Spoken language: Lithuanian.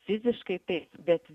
fiziškai taip bet